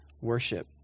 worship